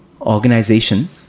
organization